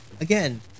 again